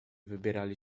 wybierali